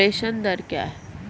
प्रेषण दर क्या है?